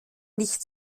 nicht